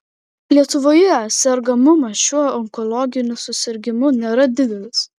lietuvoje sergamumas šiuo onkologiniu susirgimu nėra didelis